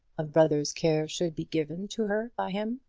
a brother's care should be given to her by him?